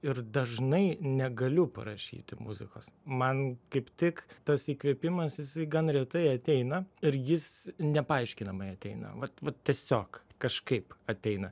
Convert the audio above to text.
ir dažnai negaliu parašyti muzikos man kaip tik tas įkvėpimas jisai gan retai ateina ir jis nepaaiškinamai ateina vat vat tiesiog kažkaip ateina